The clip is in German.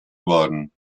worden